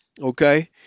okay